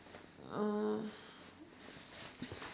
uh